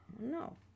No